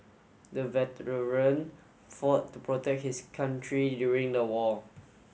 the veteran fought to protect his country during the war